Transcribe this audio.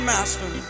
Master